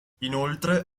inoltre